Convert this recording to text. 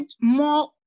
more